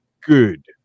good